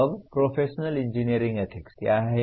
अब professional engineering ethics क्या हैं